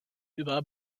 über